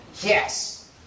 Yes